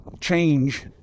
change